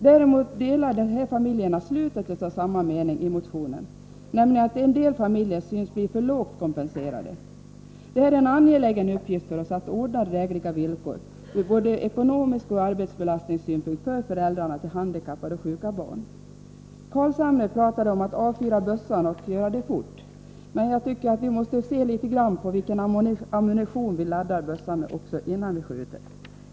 Däremot delar dessa familjer åsikten i slutet av samma mening i motionen, nämligen att en del familjer synes bli för lågt kompenserade. Det är en angelägen uppgift för oss att ordna drägliga villkor, både ur ekonomisk synpunkt och ur arbetsbelastningssynpunkt, för föräldrar till handikappade och sjuka barn. Nils Carlshamre talade om att avfyra bössan och att göra det fort. Men jag tycker att vi också måste se litet grand till vilken ammunition vi laddar bössan med innan vi skjuter.